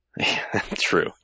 true